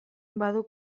badu